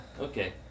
Okay